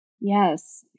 Yes